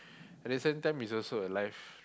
at the same time is also a life